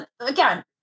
again